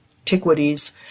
antiquities